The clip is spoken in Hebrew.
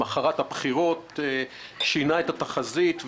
למחרת הבחירות שינה את התחזית,